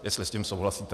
Jestli s tím souhlasíte?